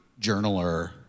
journaler